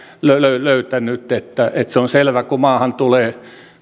löytänyt se on selvä että kun maahan tulee